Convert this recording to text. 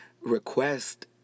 request